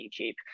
YouTube